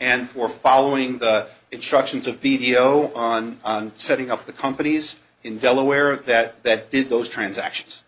and for following the instructions of video on setting up the companies in delaware that that did those transactions